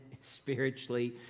spiritually